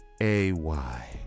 A-Y